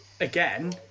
again